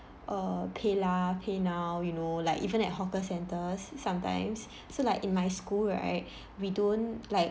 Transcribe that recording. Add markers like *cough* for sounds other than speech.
err paylah paynow you know like even at hawker centres sometimes so like in my school right *breath* we don't like